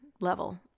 level